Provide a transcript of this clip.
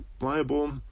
liable